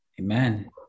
Amen